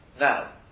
now